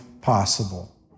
possible